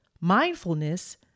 mindfulness